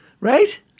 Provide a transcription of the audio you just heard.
Right